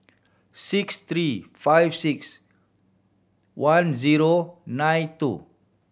six three five six one zero nine two